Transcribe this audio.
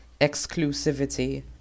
exclusivity